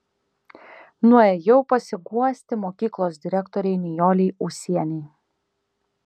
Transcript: nuėjau pasiguosti mokyklos direktorei nijolei ūsienei